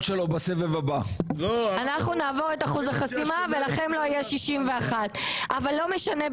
אנחנו נעבור את אחוז החסימה ולכם לא יהיו 61 חבר כנסת אבל לא משנה,